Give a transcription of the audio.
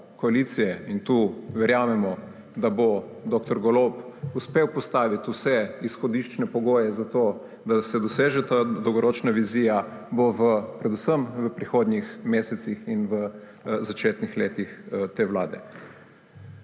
koalicije – in tu verjamemo, da bo dr. Golob uspel postaviti vse izhodiščne pogoje za to, da se doseže ta dolgoročna vizija – bo predvsem v prihodnjih mesecih in v začetnih letih te vlade.